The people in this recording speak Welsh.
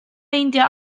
meindio